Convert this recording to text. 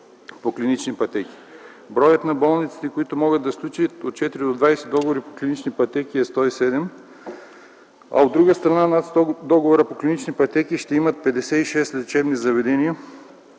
по клинични пътеки. Броят на болниците, които могат да сключат от 4 до 20 договора по клинични пътеки е 107. От друга страна, над 100 договора по клинични пътеки ще имат 56 лечебни заведения,